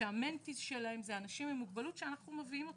כשהנושא הוא אנשים עם מוגבלות שאנחנו מביאים אותם.